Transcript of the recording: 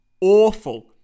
awful